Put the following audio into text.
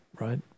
right